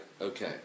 Okay